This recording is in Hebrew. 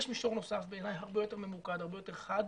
יש ציר שני נוסף הרבה יותר ממוקד, הרבה יותר חד,